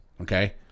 okay